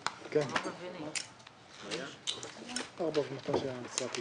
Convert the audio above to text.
שההתקשרות בהם חוצה את שנת התקציב.